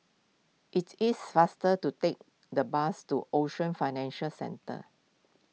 it is faster to take the bus to Ocean Financial Centre